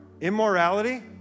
immorality